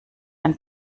ein